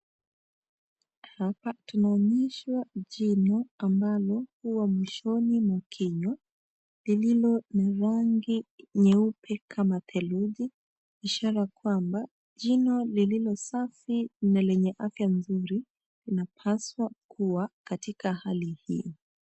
Hapa tunaonyeshwa jino ambalo huwa mwishoni mwa kinywa lililo na rangi nyeupe kama theluji ishara kwamba jino lililo safi na lenye afya nzuri linapaswa kuwa katika hali hii.